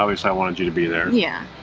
obviously, i wanted you to be there. yeah.